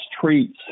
treats